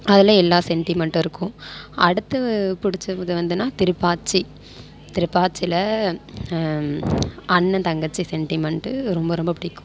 அதில் எல்லா செண்டிமெண்ட்டும் இருக்கும் அடுத்து பிடிச்ச இது வந்துனா திருப்பாச்சி திருப்பாச்சியில் அண்ணன் தங்கச்சி செண்டிமெண்ட்டு ரொம்ப ரொம்ப பிடிக்கும்